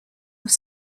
were